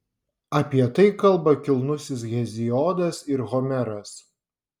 apie tai kalba kilnusis heziodas ir homeras